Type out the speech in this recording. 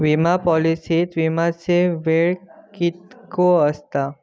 विमा पॉलिसीत विमाचो वेळ कीतको आसता?